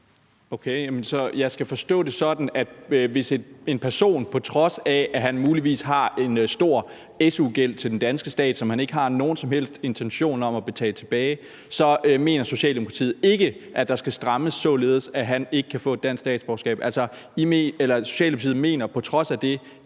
Okay, så jeg skal forstå det sådan, at i forhold til en person, på trods af at han muligvis har en stor su-gæld til den danske stat, som han ikke har nogen som helst intention om at betale tilbage, mener Socialdemokratiet ikke, at der skal strammes, således at han ikke kan få et dansk statsborgerskab. Altså, Socialdemokratiet mener, at det på trods af det